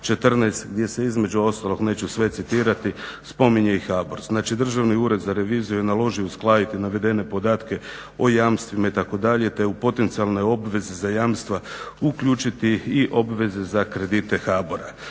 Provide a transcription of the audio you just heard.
gdje se između ostalog neću sve citirati spominje i HABOR znači Državni ured za reviziju je naložio uskladiti navedene podatke o jamstvima itd., te u potencijalne obveze za jamstva uključiti i obveze za kredite HABOR-a.